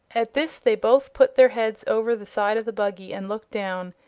at this they both put their heads over the side of the buggy and looked down.